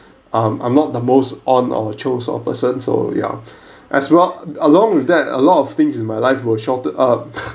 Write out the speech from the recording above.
um I'm not the most on or chose or person so yeah as well along with that a lot of things in my life were shortened up